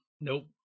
Nope